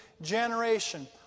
generation